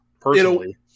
Personally